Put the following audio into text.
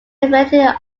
related